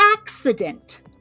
accident